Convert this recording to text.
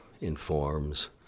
informs